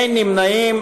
אין נמנעים.